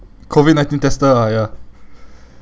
COVID nineteen tester ah ya